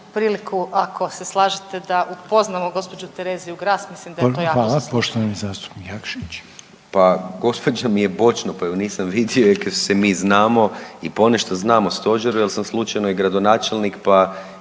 priliku ako se slažete da upoznamo gospođu Tereziju Gras mislim da je to jako zaslužila.